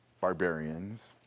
barbarians